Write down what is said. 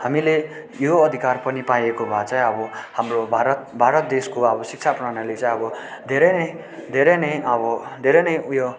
हामीले यो अधिकार पनि पाइएको भए चाहिँ अब हाम्रो भारत भारत देशको अब शिक्षा प्रणाली चाहिँ अब धेरै नै धेरै नै अब धेरै नै उयो